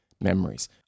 memories